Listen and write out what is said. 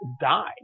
died